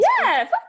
Yes